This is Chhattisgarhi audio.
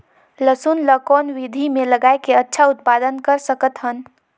लसुन ल कौन विधि मे लगाय के अच्छा उत्पादन कर सकत हन?